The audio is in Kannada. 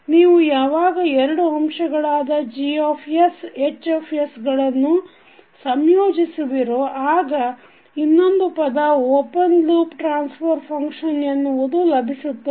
ನೀವು ಯಾವಾಗ ಎರಡು ಅಂಶಗಳಾದ GH ಗಳನ್ನು ಸಂಯೋಜಿಸುವಿರೋ ಆಗ ಇನ್ನೊಂದು ಪದ ಓಪನ್ ಲೂಪ್ ಟ್ರಾನ್ಸಫರ್ ಫಂಕ್ಷನ್ ಎನ್ನುವುದು ಲಭಿಸುತ್ತದೆ